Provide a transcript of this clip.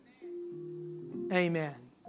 Amen